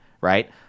right